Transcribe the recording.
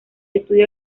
estilos